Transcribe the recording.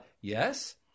yes